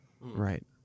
Right